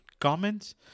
comments